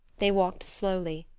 they walked slowly,